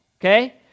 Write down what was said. Okay